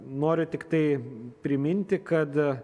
noriu tiktai priminti kad